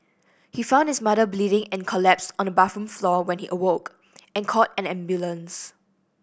he found his mother bleeding and collapsed on the bathroom floor when he awoke and called an ambulance